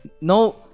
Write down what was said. no